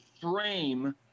frame